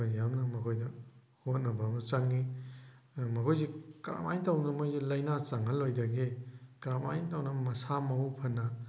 ꯑꯩꯈꯣꯏꯅ ꯌꯥꯝꯅ ꯃꯈꯣꯏꯗ ꯍꯣꯠꯅꯕ ꯑꯃ ꯆꯪꯉꯤ ꯃꯈꯣꯏꯁꯤ ꯀꯔꯝꯍꯥꯏ ꯇꯧꯗꯅ ꯃꯣꯏꯁꯤ ꯂꯥꯏꯅꯥ ꯆꯪꯍꯜꯂꯣꯏꯗꯒꯦ ꯀꯔꯝꯍꯥꯏ ꯇꯧꯅ ꯃꯁꯥ ꯃꯥꯎ ꯐꯅ